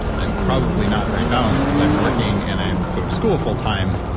i'm probably not very balanced because i'm working and i'm going to school fulltime.